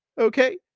Okay